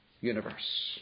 universe